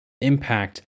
impact